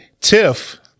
Tiff